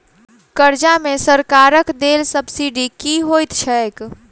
कर्जा मे सरकारक देल सब्सिडी की होइत छैक?